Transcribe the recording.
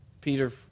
Peter